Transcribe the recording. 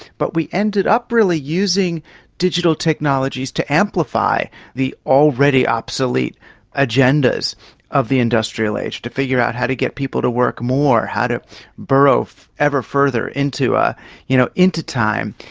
but we ended up really using digital technologies to amplify the already obsolete agendas of the industrial age to figure out how to get people to work more, how to burrow ever further into ah you know into time,